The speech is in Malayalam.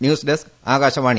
news desk Akashvani